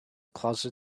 closet